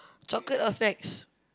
chocolate or snacks